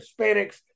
Hispanics